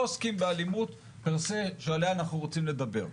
לא עוסקים באלימות פרסה שעליה אנחנו רוצים לדבר.